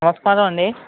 నమస్కారం అండి